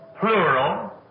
plural